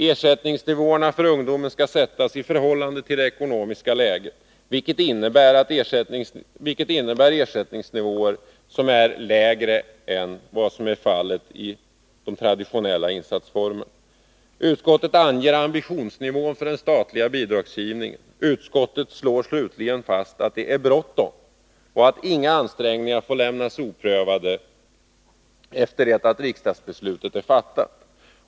Ersättningsnivåerna för ungdomarna skall sättas i förhållande till det ekonomiska läget, vilket innebär ersättningsnivåer som ligger lägre än vad som är fallet i de traditionella insatsformerna. Utskottet anger ambitionsnivån för den statliga bidragsgivningen. Utskottet slår slutligen fast att det är bråttom och att inga ansträngningr får lämnas oprövade efter det att riksdagsbeslutet är fattat.